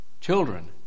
children